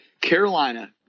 Carolina